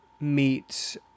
meets